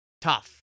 Tough